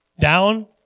down